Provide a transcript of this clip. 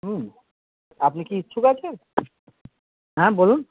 আপনি কি ইচ্ছুক আছেন হ্যাঁ বলুন